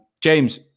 James